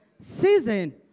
season